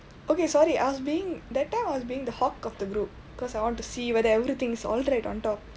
okay sorry I was being I was being the hawk of the group because I want to see whether everything's alright on top